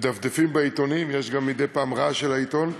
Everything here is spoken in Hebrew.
מדפדפים בעיתונים, יש גם מדי פעם רעש של העיתון,